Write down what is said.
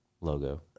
logo